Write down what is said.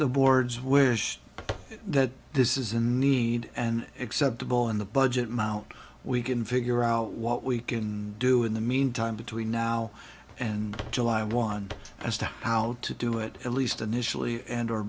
the board's wish that this is a need and acceptable in the budget mount we can figure out what we can do in the meantime between now and july one as to how to do it at least initially and are